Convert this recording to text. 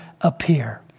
appear